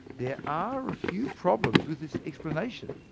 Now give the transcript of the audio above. there are a few problems with this explanation.